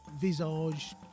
Visage